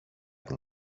την